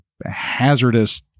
Hazardous